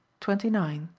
twenty nine.